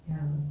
mm